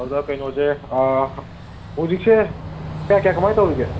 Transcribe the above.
ꯑꯗ ꯀꯩꯅꯣꯁꯦ ꯍꯧꯖꯤꯛꯁꯦ ꯀꯌꯥ ꯀꯌꯥ ꯀꯃꯥꯏꯅ ꯇꯧꯔꯤꯒꯦ